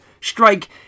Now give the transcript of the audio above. strike